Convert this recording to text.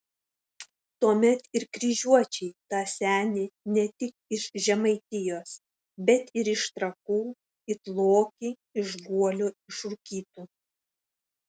tuomet ir kryžiuočiai tą senį ne tik iš žemaitijos bet ir iš trakų it lokį iš guolio išrūkytų